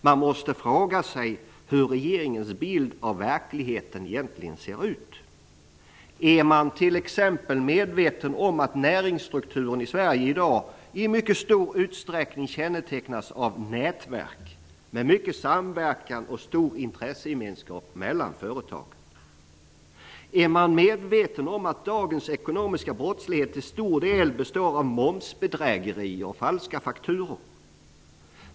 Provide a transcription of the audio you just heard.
Man måste fråga sig hur regeringens bild av verkligheten ser ut. Är man t.ex. medveten om att näringsstrukturen i Sverige i dag i stor utsträckning kännetecknas av nätverk med mycket samverkan och stor intressegemenskap mellan företagen? Är man medveten om att dagens ekonomiska brottslighet till stor del består av momsbedrägerier och falska fakturor?